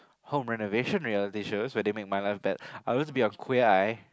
home renovation reality show where they make my life bad I want to be on queer eye